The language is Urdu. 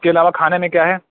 اس کے علاوہ کھانے میں کیا ہے